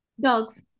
Dogs